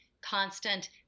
constant